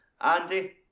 Andy